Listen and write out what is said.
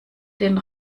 den